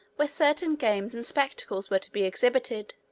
where certain games and spectacles were to be exhibited.